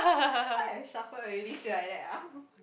why I shuffle already say like that ah